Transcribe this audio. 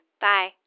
Bye